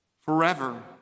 forever